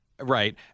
Right